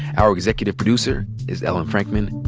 our executive producer is ellen frankman.